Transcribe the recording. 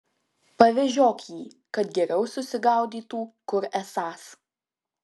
pavežiok jį kad geriau susigaudytų kur esąs